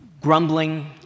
Grumbling